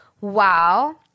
wow